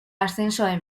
ascenso